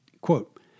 Quote